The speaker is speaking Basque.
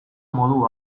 modu